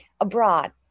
abroad